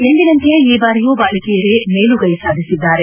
ಎಂದಿನಂತೆಯೇ ಈ ಬಾರಿಯೂ ಬಾಲಕಿಯರೇ ಮೇಲುಗೈ ಸಾಧಿಸಿದ್ದಾರೆ